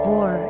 War